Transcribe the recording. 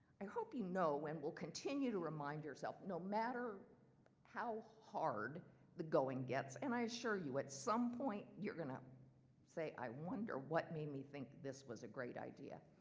and hope you know and will continue to remind yourself no matter how hard the going gets, and i assure you at some point you're gonna say i wonder what made me think this was a great idea.